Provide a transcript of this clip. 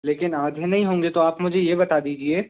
लेकिन आधे नहीं होंगे तो आप मुझे ये बता दीजिए